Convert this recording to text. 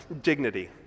dignity